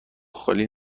خالی